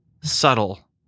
subtle